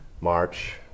march